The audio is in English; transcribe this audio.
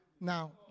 Now